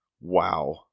Wow